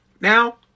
Now